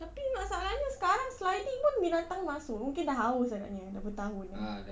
tapi masalahnya sekarang sliding pun binatang masuk mungkin dah haus agaknya dah bertahun